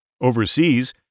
Overseas